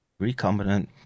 recombinant